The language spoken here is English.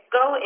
go